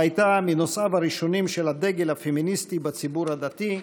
והייתה מנושאיו הראשונים של הדגל הפמיניסטי בציבור הדתי.